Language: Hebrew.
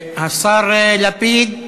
השר לפיד,